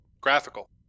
graphical